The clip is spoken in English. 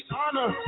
honor